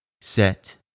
set